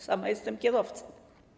Sama jestem kierowcą.